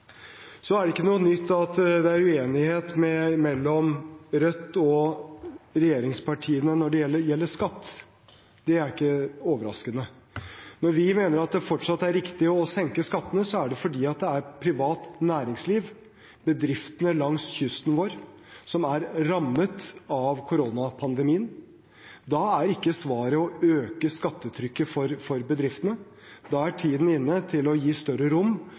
Det er ikke noe nytt at det er uenighet mellom Rødt og regjeringspartiene når det gjelder skatt. Det er ikke overraskende. Når vi mener at det fortsatt er riktig å senke skattene, er det fordi det er privat næringsliv og bedriftene langs kysten vår som er rammet av koronapandemien. Da er ikke svaret å øke skattetrykket for bedriftene, da er tiden inne til å gi større rom